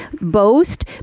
boast